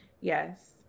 Yes